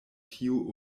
tiu